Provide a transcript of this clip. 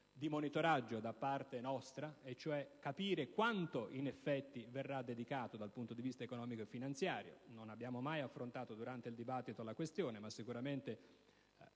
di monitoraggio da parte nostra, per capire quanto in effetti verrà dedicato, dal punto di vista economico e finanziario, a questo scopo: non abbiamo mai affrontato durante il dibattito la questione, ma sicuramente